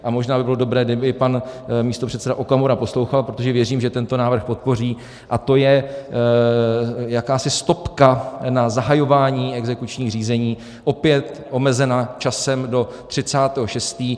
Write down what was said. A možná by bylo dobré, kdyby pan místopředseda Okamura poslouchal, protože věřím, že tento návrh podpoří, a to je jakási stopka na zahajování exekučních řízení opět omezená časem do 30. 6.